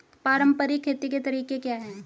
पारंपरिक खेती के तरीके क्या हैं?